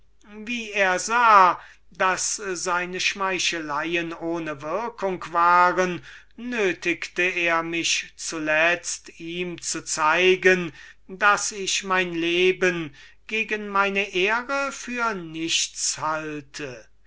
wie er sah daß seine schmeicheleien ohne würkung waren nötigte er mich zuletzt ihm zu zeigen daß ich mein leben gegen meine ehre für nichts halte